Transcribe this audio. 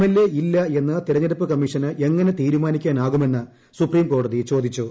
L A ഇല്ല എന്ന് തെരഞ്ഞെടുപ്പ് കമ്മീഷന് എങ്ങനെ തീരുമാനിക്കാനാകുമെന്ന് സുപ്രീംകോടതി ചോദിച്ചു